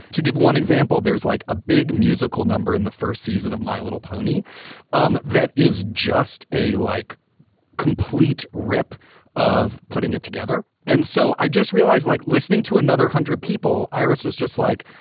to give one example, there's like a big musical number in the first season of my little pony um that is just a like complete rip of putting it together. and so i just realized, like listening to another hundred people, iris was just like,